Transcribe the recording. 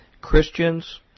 Christians